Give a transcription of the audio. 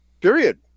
Period